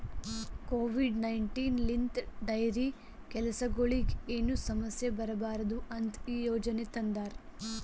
Covid nineteen ಲಿಂತ್ dairy ಕೆಲಸಗೊಳಿಗ್ ಏನು ಸಮಸ್ಯ ಬರಬಾರದು ಅಂತ್ ಈ ಯೋಜನೆ ತಂದಾರ್